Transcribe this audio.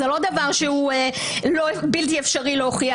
זה לא דבר שהוא בלתי אפשרי להוכיח.